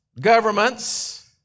governments